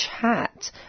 chat